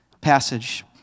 passage